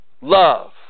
love